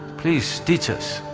please teach us.